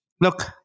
look